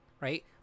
Right